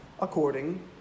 according